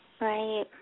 Right